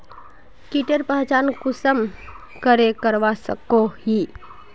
कीटेर पहचान कुंसम करे करवा सको ही?